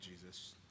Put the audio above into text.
Jesus